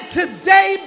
today